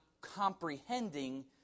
comprehending